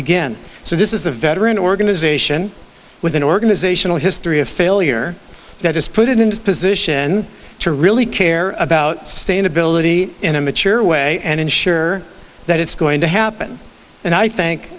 again so this is a veteran organization with an organizational history of failure that has put it in a position to really care about sustainability in a mature way and ensure that it's going to happen and i think